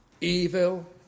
evil